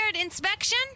inspection